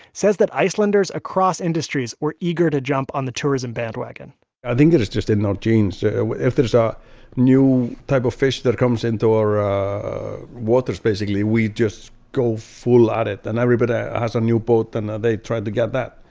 says that icelanders across industries were eager to jump on the tourism bandwagon i think it is just in their genes. so if there's a new type of fish that comes into our waters, basically, we just go full at it. and everybody has a new boat, and ah they try to get that.